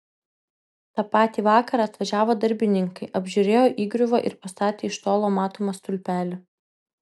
tą patį vakarą atvažiavo darbininkai apžiūrėjo įgriuvą ir pastatė iš tolo matomą stulpelį